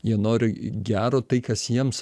jie nori gero tai kas jiems